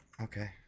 Okay